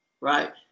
right